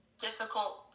difficult